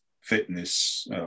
fitness